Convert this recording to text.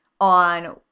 on